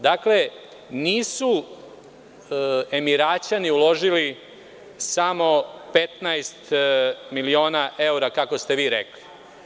Dakle, nisu Emiraćani uložili samo 15 miliona evra, kako ste vi rekli.